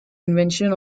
invention